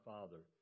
Father